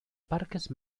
parques